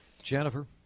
Jennifer